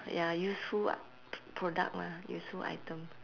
ya useful [what] p~ product mah useful item